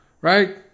right